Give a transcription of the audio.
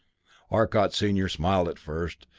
arcot senior smiled at first,